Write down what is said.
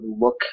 look